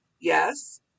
Yes